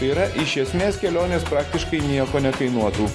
yra iš esmės kelionės praktiškai nieko nekainuotų